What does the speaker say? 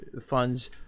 funds